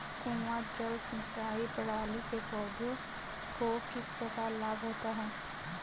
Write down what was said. कुआँ जल सिंचाई प्रणाली से पौधों को किस प्रकार लाभ होता है?